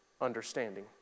understanding